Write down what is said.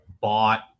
bought